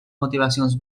motivacions